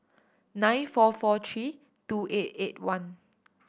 nine four four three two eight eight one